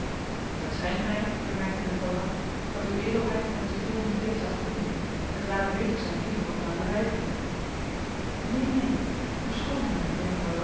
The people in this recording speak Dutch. het schijnt mij bemerkte de valois dat uw edelheid hem te veel in vlees laat groeien het ware beter zijn eten wat te laten wijken neen neen